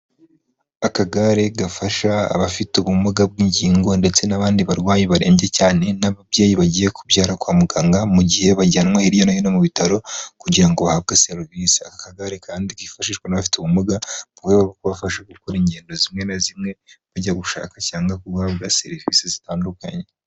Akagare gafasha abafite ubumuga bw'ingingo ndetse n'abandi barwayi barembye cyane n'ababyeyi bagiye kubyara kwa muganga mu gihe bajyanwa hirya no hino mu bitaro kugira ngo bahabwe serivisi. Aka kagare kandi kifashishwa n'abafite ubumuga murwego rwo kubafasha gukora ingendo zimwe na zimwe bajya gushaka cyangwa guhabwa serivisi zitandukanye.